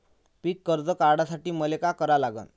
पिक कर्ज काढासाठी मले का करा लागन?